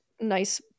nice